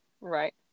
Right